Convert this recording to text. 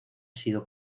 sido